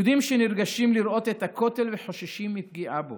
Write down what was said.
יהודים שנרגשים לראות את הכותל וחוששים מפגיעה בו,